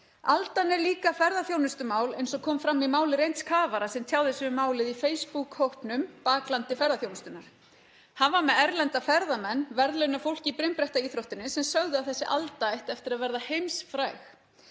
Aldan er líka ferðaþjónustumál, eins og kom fram í máli reynds kafara sem tjáði sig um málið í Facebook-hópnum Baklandi ferðaþjónustunnar. Hann var með erlenda ferðamenn, verðlaunafólk í brimbrettaíþróttinni sem sögðu að þessi alda ætti eftir að verða heimsfræg.